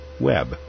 Web